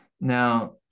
now